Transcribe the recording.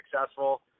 successful